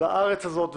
בארץ הזאת,